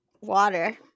water